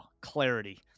clarity